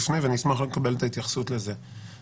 כי פעם מחשב עלה 10,000 ₪ והיום הוא עולה 2,000 ₪,